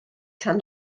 tan